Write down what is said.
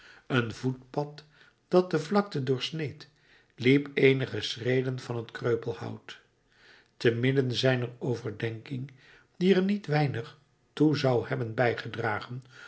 een voetpad dat de vlakte doorsneed liep eenige schreden van het kreupelhout te midden zijner overdenking die er niet weinig toe zou hebben bijgedragen